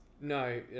no